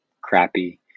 crappy